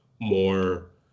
more